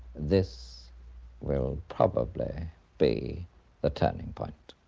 this will probably be the turning point.